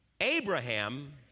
Abraham